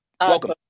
Welcome